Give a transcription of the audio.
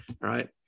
right